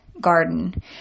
garden